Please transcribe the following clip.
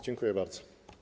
Dziękuję bardzo.